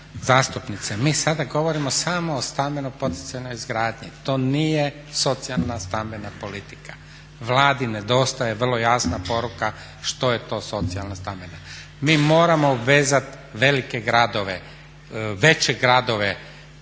zastupnice mi sada govorimo samo o stambeno poticajnoj izgradnji. To nije socijalna stambena politika. Vladi nedostaje vrlo jasna poruka što je to socijalna stambena. Mi moramo obvezat velike gradove, veće gradove